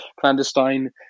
clandestine